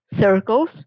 circles